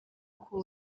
uko